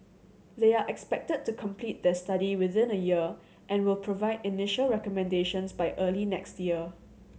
they are expected to complete the study within a year and will provide initial recommendations by early next year